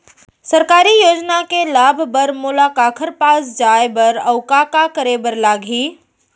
सरकारी योजना के लाभ बर मोला काखर पास जाए बर अऊ का का करे बर लागही?